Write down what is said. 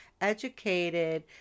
educated